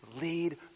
lead